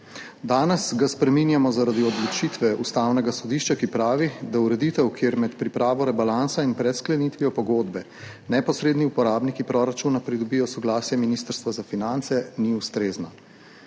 Danes ga spreminjamo zaradi odločitve Ustavnega sodišča, ki pravi, da ureditev, kjer med pripravo rebalansa in pred sklenitvijo pogodbe neposredni uporabniki proračuna pridobijo soglasje Ministrstva za finance, ni ustrezna.